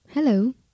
Hello